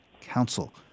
council